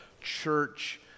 church